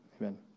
Amen